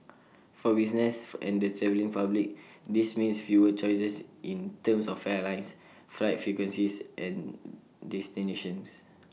for businesses and the travelling public this means fewer choices in terms of airlines flight frequencies and destinations